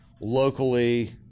locally